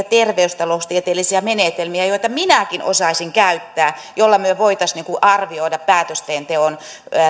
terveystaloustieteellisiä menetelmiä joita minäkin osaisin käyttää ja joilla me voisimme arvioida päätöksenteon